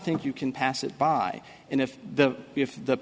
think you can pass it by and if the if the